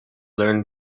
learn